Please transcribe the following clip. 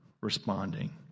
responding